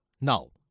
Now